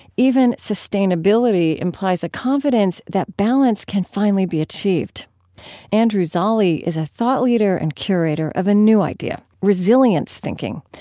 even sustainability implies a confidence that balance can finally be achieved andrew zolli is thought leader and curator of a new idea, resilience thinking,